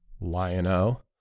Lion-O